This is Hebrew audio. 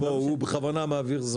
הוא בכוונה מעביר זמן.